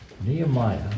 Nehemiah